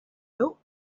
built